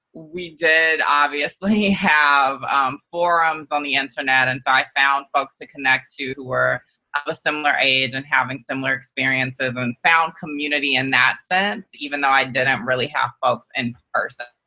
we did, obviously, have um forums on the internet and so i found folks to connect to who were of a similar age and having similar experiences, and found community in that sense, even though i didn't really have folks in person.